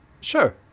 sure